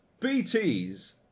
BTs